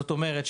זאת אומרת,